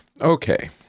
Okay